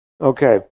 Okay